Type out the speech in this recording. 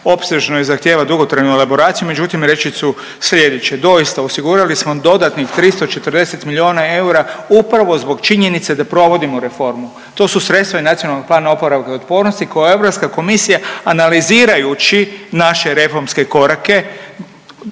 opsežno je i zahtjeva dugotrajnu elaboraciju, međutim reći ću slijedeće. Doista, osigurali smo dodatnih 340 miliona eura upravo zbog činjenice da provodimo reforme. To su sredstva i Nacionalnog plana oporavka i otpornosti koje je Europska komisija analizirajući naše reformske korake